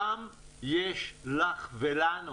שם יש לך ולנו